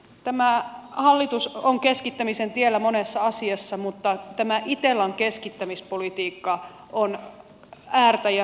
tämä hallitus on keskittämisen tiellä monessa asiassa mutta tämä itellan keskittämispolitiikka on äärtä ja rajaa vailla